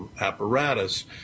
apparatus